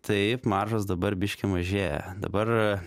taip maržos dabar biškį mažėja dabar